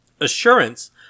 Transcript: assurance